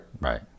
right